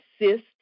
assist